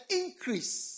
increase